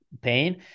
pain